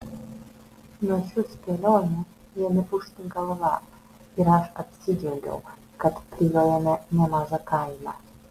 nuo šių spėlionių ėmė ūžti galva ir aš apsidžiaugiau kad prijojome nemažą kaimą